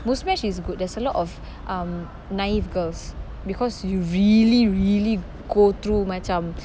Muzmatch is good there's a lot of um naive girls because you really really go through macam